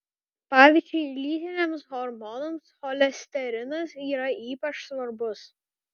pavyzdžiui lytiniams hormonams cholesterinas yra ypač svarbus